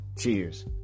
Cheers